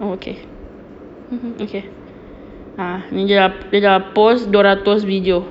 okay mmhmm okay !huh! dia dah dia dah post dua ratus video